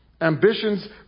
Ambitions